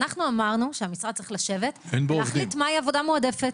אנחנו אמרנו שצריך לשבת ולהחליט מהי עבודה מועדפת.